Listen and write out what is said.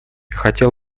хотел